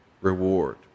reward